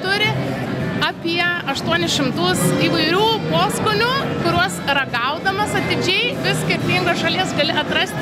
turi apie aštuonis šimtus įvairių poskonių kuriuos ragaudamas atidžiai vis skirtingos šalies gali atrast